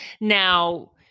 now